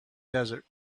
desert